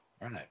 Right